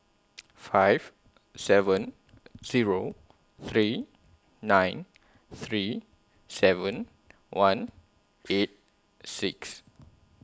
five seven Zero three nine three seven one eight six